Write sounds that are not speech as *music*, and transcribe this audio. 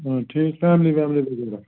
آ ٹھیٖک فیملی ویملی *unintelligible*